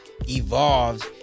evolved